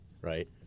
right